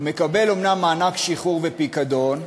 מקבל אומנם מענק שחרור ופיקדון,